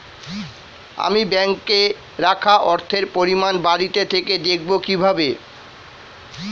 আমি ব্যাঙ্কে রাখা অর্থের পরিমাণ বাড়িতে থেকে দেখব কীভাবে?